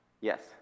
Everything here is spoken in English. Yes